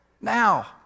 now